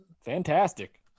Fantastic